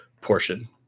portion